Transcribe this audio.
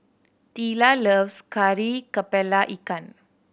Teela loves Kari Kepala Ikan